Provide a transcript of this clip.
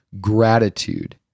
gratitude